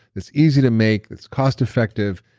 it's easy to make. it's cost effective,